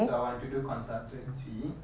so I want to do consultancy